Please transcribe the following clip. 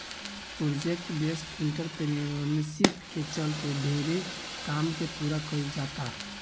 project based entrepreneurship के चलते ढेरे काम के पूरा कईल जाता